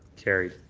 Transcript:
carried.